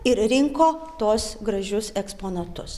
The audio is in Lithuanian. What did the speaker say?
ir rinko tuos gražius eksponatus